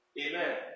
Amen